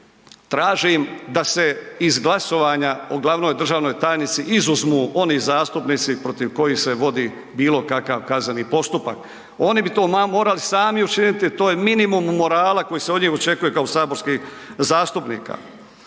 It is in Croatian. tražim da se iz glasovanja o glavnoj državnoj tajnici izuzmu oni zastupnici protiv kojih se vodi bilo kakav kazneni postupak. Oni bi to morali sami učiniti, to je minimum morala koji se ovdje očekuje kao saborskih zastupnika.